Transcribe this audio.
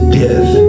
death